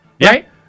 right